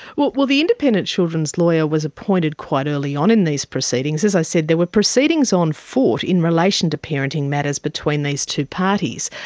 well well the independent children's lawyer was appointed quite early on in these proceedings. as i said, there were proceedings on foot in relation to parenting matters between these two parties.